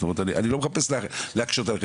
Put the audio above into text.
זאת אומרת אני לא מחפש להקשות עליכם,